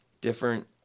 different